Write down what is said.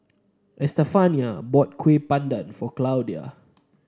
Estefania bought Kuih Bakar Pandan for Claudia